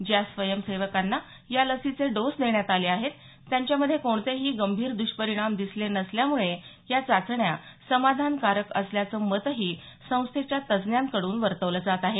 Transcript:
ज्या स्वयंसेवकांना या लसीचे डोस देण्यात आले आहेत त्यांच्यामध्ये कोणतेही गंभीर दुष्परिणाम दिसले नसल्यामुळे या चाचण्या समाधानकारक असल्याचं मतही संस्थेच्या तज्ज्ञांकडून वर्तवलं जात आहे